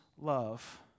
love